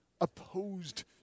opposed